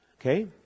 okay